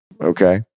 okay